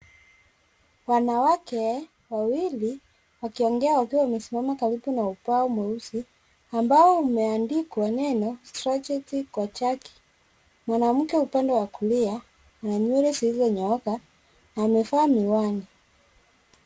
Wanawake wawili wakiongea wakiwa wamesimama karibu na ubao mweusi ambao umeandikwa neno strategy kwa chaki. Mwanamke upande wa kulia na nywele zilizonyooka amevaa miwani.